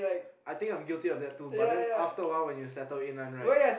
I think I'm guilty of that too but then after a while when settle in one right